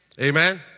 Amen